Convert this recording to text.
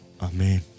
Amen